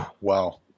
Wow